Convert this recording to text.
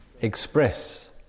express